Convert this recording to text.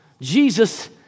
Jesus